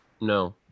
No